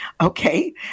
Okay